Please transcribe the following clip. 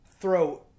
throw